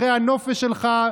אחרי הנופש שלך,